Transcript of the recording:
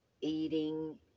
eating